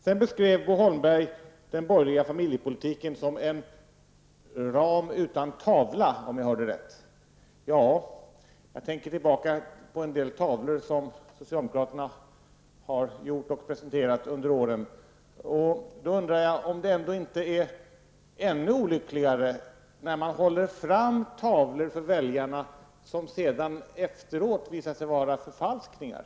Sedan beskrev Bo Holmberg den borgerliga familjepolitiken som en ram utan tavla, om jag hörde rätt. Ja, jag tänker tillbaka på en del tavlor som socialdemokraterna har gjort och presenterat under åren, och då undrar jag om det inte är ännu olyckligare att hålla fram tavlor för väljarna som sedan efteråt visar sig vara förfalskningar.